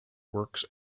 works